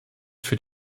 für